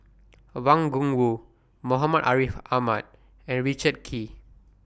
Wang Gungwu Muhammad Ariff Ahmad and Richard Kee